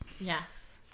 Yes